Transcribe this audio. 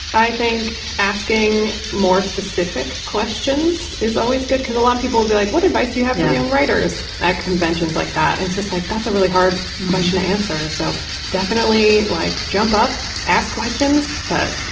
i think asking more specific questions is always good because a lot of people be like, what advice do you have for young writers at conventions like that? it's just like that's a really hard question to answer. so definitely like jump up, ask questions, but,